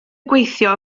gweithio